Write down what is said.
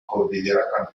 cordillera